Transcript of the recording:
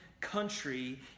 country